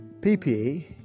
PPE